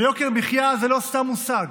ויוקר מחיה זה לא סתם מושג.